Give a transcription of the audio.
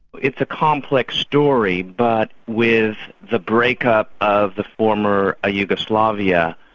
it's a complex story but with the breakup of the former yugoslavia,